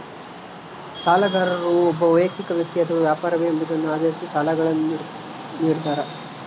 ಸಾಲಗಾರರು ಒಬ್ಬ ವೈಯಕ್ತಿಕ ವ್ಯಕ್ತಿ ಅಥವಾ ವ್ಯಾಪಾರವೇ ಎಂಬುದನ್ನು ಆಧರಿಸಿ ಸಾಲಗಳನ್ನುನಿಡ್ತಾರ